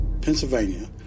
Pennsylvania